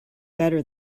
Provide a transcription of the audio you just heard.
better